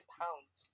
pounds